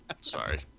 Sorry